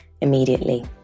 immediately